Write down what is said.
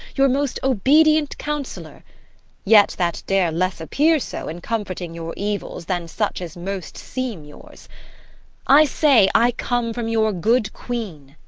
your most obedient counsellor yet that dares less appear so, in comforting your evils, than such as most seem yours i say i come from your good queen.